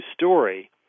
story